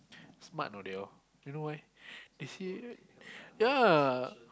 smart know they all you know why they say ya